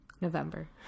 November